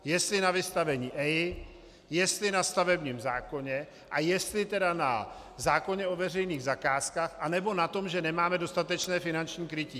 Jestli na vystavení EIA, jestli na stavebním zákoně a jestli na zákoně o veřejných zakázkách anebo na tom, že nemáme dostatečné finanční krytí.